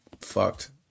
fucked